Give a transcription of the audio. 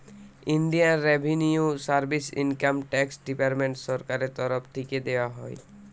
Indian revenue service income tax department সরকারের তরফ থিকে দেখা হয়